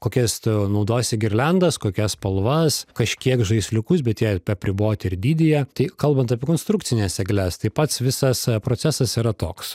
kokias tu naudosi girliandas kokias spalvas kažkiek žaisliukus bet jie apriboti ir dydyje tai kalbant apie konstrukcines egles tai pats visas procesas yra toks